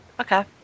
Okay